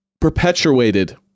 perpetuated